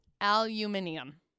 Aluminium